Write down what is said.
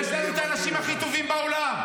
יש לנו את האנשים הכי טובים בעולם.